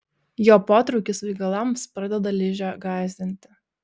jo potraukis svaigalams pradeda ližę gąsdinti